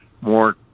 more